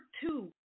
two